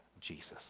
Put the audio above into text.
Jesus